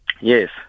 Yes